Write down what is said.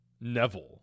Neville